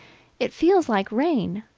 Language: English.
it feels like rain!